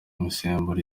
imisemburo